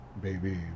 Baby